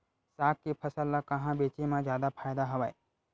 साग के फसल ल कहां बेचे म जादा फ़ायदा हवय?